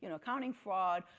you know accounting fraud,